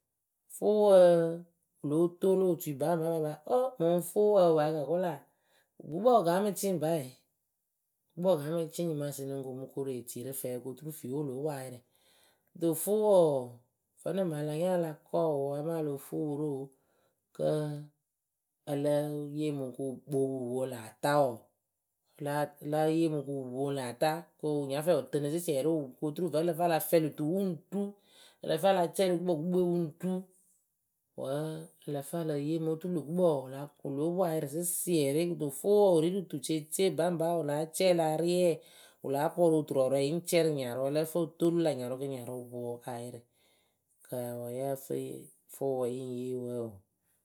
fʊʊwǝ wɨ lóo toolu otui baŋba baŋba oh mɨŋ fʊʊwǝ wɨ paa ka kʊla gukpǝ wɨ kah mɨ cɩɩ ŋpa e. gukpǝ wɨ kah mɨ cɩɩ nyɩmaasɩ lɨŋ ko mɨ koru etii rɨ fɛɛ kɨ oturu fiiwe wɨ lóo poŋ ayɩrɩ do fʊʊwǝ wǝǝ vǝ́ nɨŋ mɨŋ a la nya a la kɔɔ wɨ amaa o lo fuu wɨ rɨ oo kǝ́ ǝ lǝ́ǝ yeemɨ wɨ kɨ wɨ kpoopu wɨ poŋ lǝ̈ ata wǝǝ láa a láa yeemɨ wɨ kɨ wɨ poŋ lǝ̈ kɨ wɨ nya fɛɛ wɨ tɨnɨ sɩsiɛrɩ kɨ oturu vǝ́ ǝ lǝ fɨ a la fɛlɩ tuu wɨŋ ru ǝ lǝ fɨ a la cɛɛlɩ gukpǝ gukpǝ we wɨŋ ru Wǝ́ ǝ lǝ fɨ e le yeemɨ oturu lö gukpǝ wǝǝ wɨ la wɨ lóo poŋ ayɩrɩ sɩsiɛrɩ kɨto fʊʊwǝ wǝǝ wɨ ri rɨ tuceecee baŋba wɨ láa cɛɛlɩ ariɛ wɨ láa pɔrʊ oturɔɔrɔɛ yɨŋ cɛ rɨ nyarʊ ǝ lǝ́ǝ fɨ o toolu lä nyarʊ kɨ nyarʊ wɨ poŋ ayɩrɩ kaa wǝǝ yǝ́ǝ fɨ fʊʊwǝ yɩŋ yee wǝǝ oo.